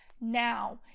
now